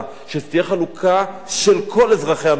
שתהיה חלוקה על כל אזרחי המדינה,